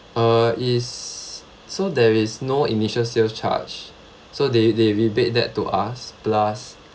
uh is so there is no initial sales charge so they they rebate that to us plus